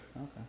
Okay